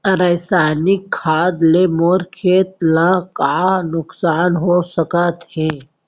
रसायनिक खाद ले मोर खेत ला का नुकसान हो सकत हे?